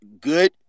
good